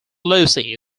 lucy